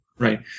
Right